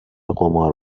قمار